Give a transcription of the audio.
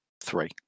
three